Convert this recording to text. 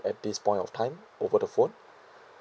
at this point of time over the phone